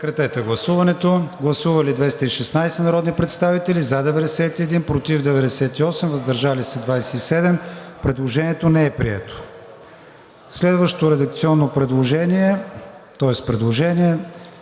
прегласуване. Гласували 216 народни представители: за 91, против 98, въздържали се 27. Предложението не е прието. Следващото редакционно предложение, тоест предложение,